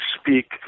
speak